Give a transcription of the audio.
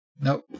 Nope